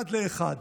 אחד לאחד.